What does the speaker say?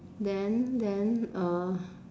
then then uh